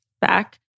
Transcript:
back